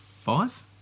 Five